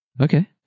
Okay